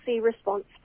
response